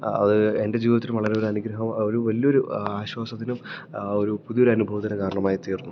അത് എൻ്റെ ജീവിതത്തിനും വളരെ ഒരു അനുഗ്രഹം ഒരു വലിയൊരു ആശ്വാസത്തിനും ഒരു പുതിയൊരു അനുഭവത്തിനു കാരണമായിത്തീർന്നു